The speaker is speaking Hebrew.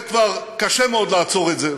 זה כבר קשה מאוד לעצור את זה,